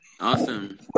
Awesome